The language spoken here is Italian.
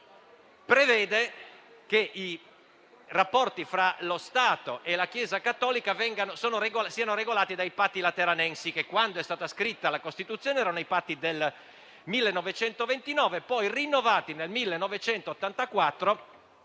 Costituzione prevede che i rapporti fra lo Stato e la Chiesa cattolica siano regolati dai Patti lateranensi, che, quando è stata scritta la Costituzione, erano i Patti del 1929, poi rinnovati nel 1984